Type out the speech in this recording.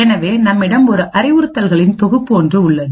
எனவே நம்மிடம் ஒரு அறிவுறுத்தல்களின் தொகுப்பு ஒன்று உள்ளது